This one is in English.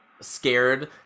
scared